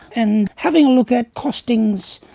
and having a look at costings,